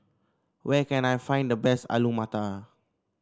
where can I find the best Alu Matar